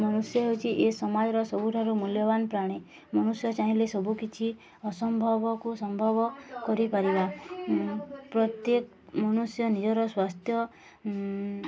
ମନୁଷ୍ୟ ହେଉଛି ଏ ସମାଜର ସବୁଠାରୁ ମୂଲ୍ୟବାନ ପ୍ରାଣୀ ମନୁଷ୍ୟ ଚାହିଁଲେ ସବୁକିଛି ଅସମ୍ଭବକୁ ସମ୍ଭବ କରିପାରିବା ପ୍ରତ୍ୟେକ ମନୁଷ୍ୟ ନିଜର ସ୍ୱାସ୍ଥ୍ୟ